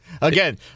Again